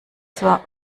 zur